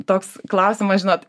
toks klausimas žinot